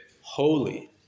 holy